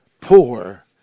poor